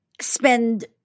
spend